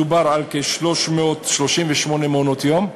מדובר על כ-338 מעונות-יום,